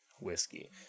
Whiskey